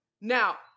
Now